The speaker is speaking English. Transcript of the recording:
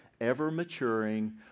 ever-maturing